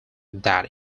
that